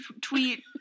tweet